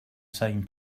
same